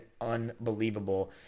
unbelievable